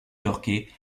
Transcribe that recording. yorkais